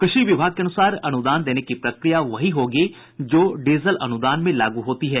कृषि विभाग के अनुसार अनुदान देने की प्रक्रिया वहीं होगी जो डीजल अनुदान में लागू होती है